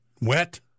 Wet